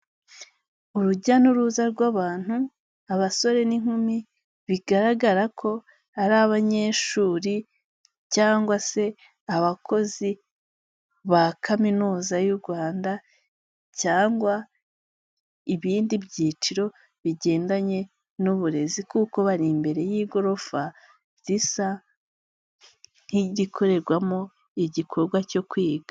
UUrujya n'uruza rw'abantu, abasore n'inkumi, bigaragara ko ari abanyeshuri cyangwa se abakozi ba kaminuza y'u Rwanda cyangwa ibindi byiciro bigendanye n'uburezi kuko bari imbere y'igorofa risa nk'igikorerwamo igikorwa cyo kwiga.